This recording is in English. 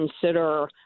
consider